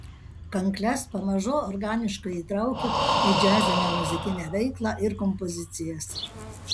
kankles pamažu organiškai įtraukiu į džiazinę muzikinę veiklą ir kompozicijas